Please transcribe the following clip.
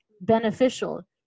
beneficial